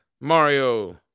Mario